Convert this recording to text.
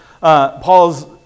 Paul's